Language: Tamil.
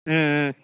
ம் ம்